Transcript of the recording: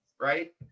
right